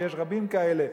ויש רבים כאלה,